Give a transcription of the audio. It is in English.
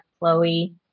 chloe